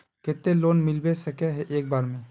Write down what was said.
केते लोन मिलबे सके है एक बार में?